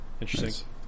Interesting